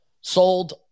sold